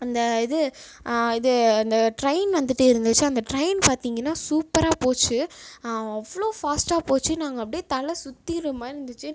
அந்த இது இது அந்த ட்ரெயின் வந்துட்டு இருந்துச்சு அந்த ட்ரெயின் பார்த்தீங்கன்னா சூப்பராக போச்சு அவ்வளோ ஃபாஸ்ட்டாக போச்சு நாங்கள் அப்படியே தலை சுத்திடற மாதிரி இருந்துச்சு